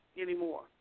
anymore